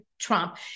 Trump